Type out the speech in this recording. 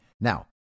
Now